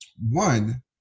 one